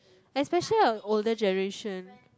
especial are older generation